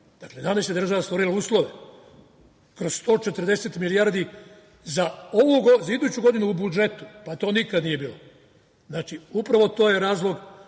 Dakle, danas je država stvorila uslove kroz 140.000.000.000 za iduću godinu u budžetu, pa, to nikad nije bilo. Znači, upravo to je razlog